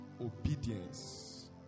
obedience